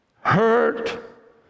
hurt